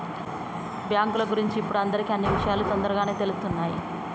బ్యేంకుల గురించి ఇప్పుడు అందరికీ అన్నీ విషయాలూ తొందరగానే తెలుత్తున్నయ్